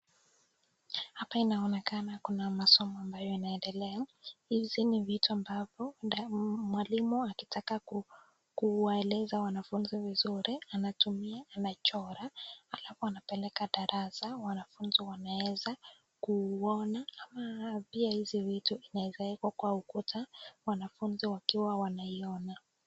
Hapa inaonekana kuna masomo ambayo inaendelea, hizi ni vitu ambavyo mwalimu akitaka kuwaeleza wanafunzi vizuri anatumia, anachora alafu anapeleka darasa wanafunzi wanaweza kuuona ama pia hizi vitu inaeza wekwa kwa ukuta wanafunzi wakiwa wanaiona.